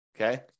okay